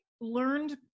learned